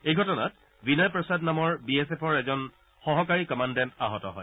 এই ঘটনাত বিনয় প্ৰসাদ নামৰ বি এছ এফৰ এজন সহকাৰী কমাণ্ডেণ্ট আহত হয়